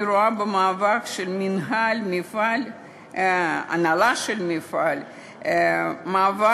אני רואה במאבק של ההנהלה של המפעל מאבק